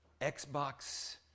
Xbox